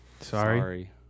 sorry